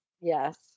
yes